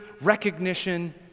recognition